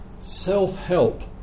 Self-help